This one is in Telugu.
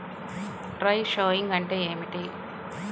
డ్రై షోయింగ్ అంటే ఏమిటి?